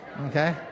okay